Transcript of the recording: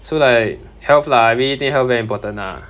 so like health lah I mean think health very important lah